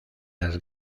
las